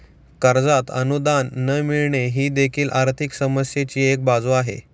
कर्जात अनुदान न मिळणे ही देखील आर्थिक समस्येची एक बाजू आहे